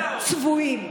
צבועים.